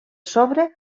sobre